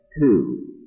two